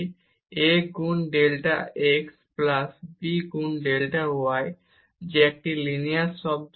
যা হবে a গুন ডেল্টা x প্লাস b গুন ডেল্টা y যেটা একটি লিনিয়ার টার্ম